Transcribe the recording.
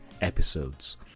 episodes